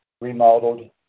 remodeled